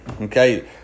okay